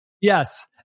Yes